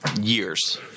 years